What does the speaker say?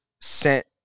sent